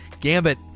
Gambit